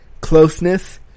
closeness